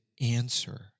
answer